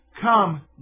Come